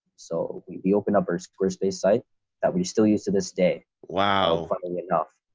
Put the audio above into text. so we opened up our squarespace site that we still use to this day, wow, funnily enough,